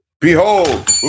Behold